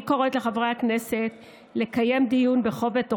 אני קוראת לחברי הכנסת לקיים דיון בכובד ראש,